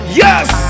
yes